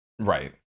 right